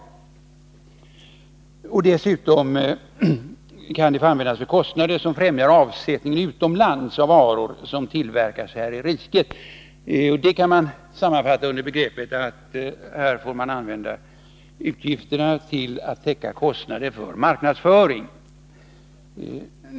Dessutom kan de få användas för kostnader som främjar avsättning utomlands av varor som tillverkas här i riket. Man kan sammanfatta detta under begreppet att man får använda fonderna till att täcka kostnader för marknadsföring.